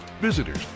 visitors